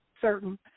certain